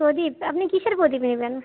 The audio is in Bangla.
প্রদীপ আপনি কীসের প্রদীপ নেবেন